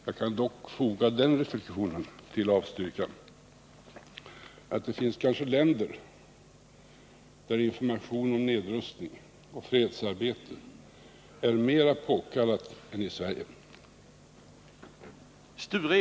Jag kan dock foga den reflexionen till avstyrkandet att det kanske finns länder där information om nedrustning och fredsarbete är mer påkallad än i Sverige.